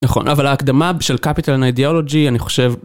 נכון, אבל ההקדמה של Capital and Ideology, אני חושב...